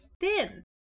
thin